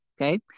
okay